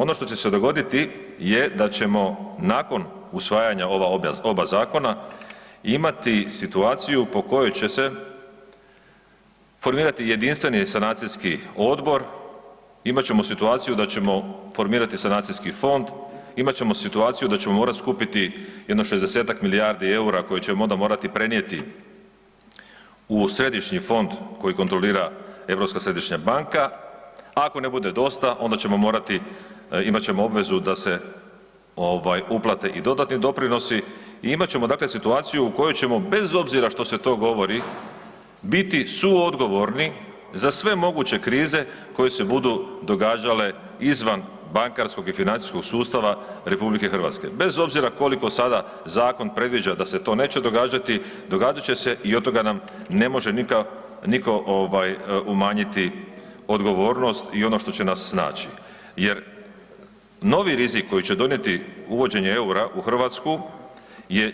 Ono što će se dogoditi je da ćemo nakon usvajanja ova oba zakona imati situaciju po kojoj će se formirati jedinstveni sanacijski odbor, imat ćemo situaciju da ćemo formirati sanacijski fond, imat ćemo situaciju da ćemo morati skupiti jedno 60-ak milijardi eura koje ćemo onda morati prenijeti u središnji fond koji kontrolira Europska središnja banka, ako ne bude dosta onda ćemo morati imat ćemo obvezu da se uplate i dodatni doprinosi i imat ćemo situaciju u kojoj ćemo bez obzira što se to govoriti biti suodgovorni za sve moguće krize koje se budu događale izvan bankarskog i financijskog sustava RH, bez obzira koliko sada zakon predviđa da se to neće događati, događat će se i od toga nam ne može nitko umanjiti odgovornost i ono što će nas snaći jer novi rizik koji će donijeti uvođenje eura u Hrvatsku je